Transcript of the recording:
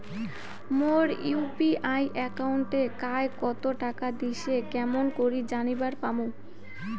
মোর UPI একাউন্টে কায় কতো টাকা দিসে কেমন করে জানিবার পামু?